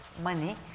money